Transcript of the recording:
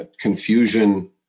confusion